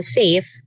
safe